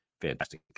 fantastic